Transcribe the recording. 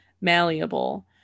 malleable